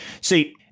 See